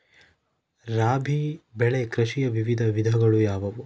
ರಾಬಿ ಬೆಳೆ ಕೃಷಿಯ ವಿವಿಧ ವಿಧಗಳು ಯಾವುವು?